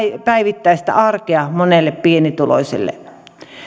päivittäistä arkea monelle pienituloiselle